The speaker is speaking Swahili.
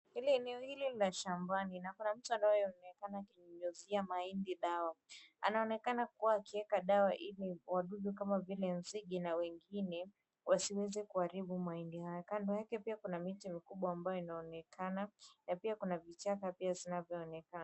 Hili eneo hili ni la shambani na kuna mtu anayeonekana akinyunyuzia mahindi dawa, anaonekana kuwa akieka dawa ili wadudu kama vile nzige na wengine wasiweze kuharibu mahindi haya. Kando yake pia kuna miti mikubwa ambayo inaonekana na pia kuna vichaka vinavyoonekana.